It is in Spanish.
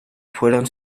fueron